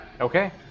Okay